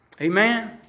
Amen